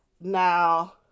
Now